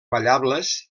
ballables